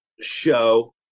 show